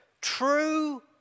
True